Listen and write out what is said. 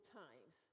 times